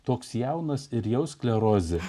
toks jaunas ir jau sklerozė